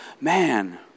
man